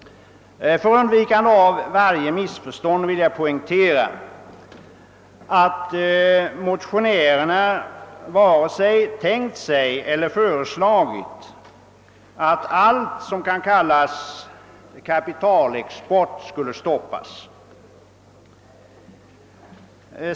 För undvikande av varje missförstånd vill jag poängtera att motionärerna varken tänkt sig eller föreslagit att allt som kan kallas kapitalexport skall stoppas.